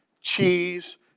cheese